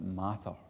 matter